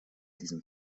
diesem